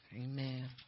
Amen